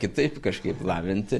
kitaip kažkaip lavinti